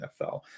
NFL